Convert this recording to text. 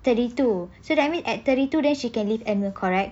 thirty two so that mean at thirty two she can leave correct